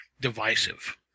divisive